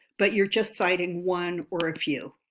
but you're just citing one or a few.